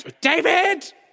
David